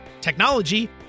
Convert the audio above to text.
technology